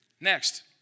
Next